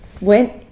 went